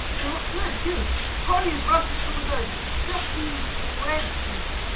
they look good, too tawny as russets but with a dusky red cheek.